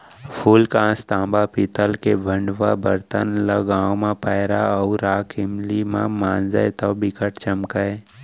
फूलकास, तांबा, पीतल के भंड़वा बरतन ल गांव म पैरा अउ राख इमली म मांजय तौ बिकट चमकय